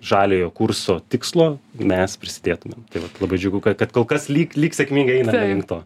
žaliojo kurso tikslo mes prisidėtumėm tai vat labai džiugu kad kol kas lyg lyg sėkmingai einame link to